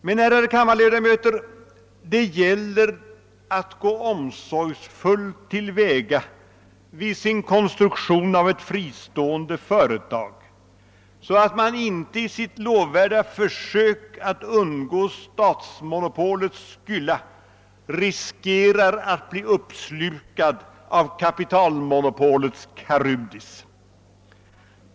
Men, ärade kammarledamöter, det gäller att gå omsorgsfullt till väga vid konstruktionen av ett fristående företag, så att man inte i sina lovvärda försök att undgå statsmonopolets Scylla riskerar att bli uppslukad av kapitalmonopolets Charybdis.